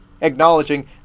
Acknowledging